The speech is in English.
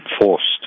forced